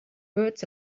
words